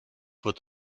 wird